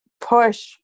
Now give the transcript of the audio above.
push